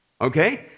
okay